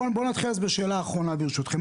בואו נתחיל מהשאלה האחרונה ברשותכם,